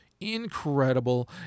incredible